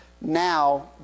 now